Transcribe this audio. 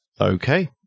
Okay